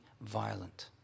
violent